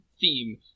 theme